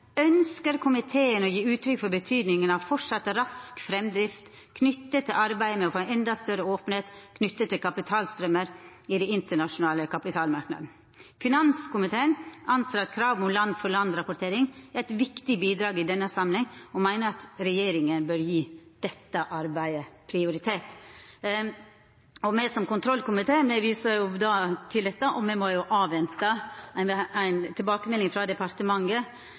ønsker komiteen å gi uttrykk for betydningen av fortsatt rask fremdrift knyttet til arbeidet med å få enda større åpenhet knyttet til kapitalstrømmer i det internasjonale kapitalmarkedet. Finanskomiteen anser at krav om land-for-land-rapportering er et viktig bidrag i denne sammenheng, og mener at regjeringen bør gi dette arbeidet prioritet.» Me som kontrollkomité viser til dette, og me avventar ei tilbakemelding frå departementet,